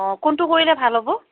অঁ কোনটো কৰিলে ভাল হ'ব